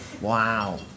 Wow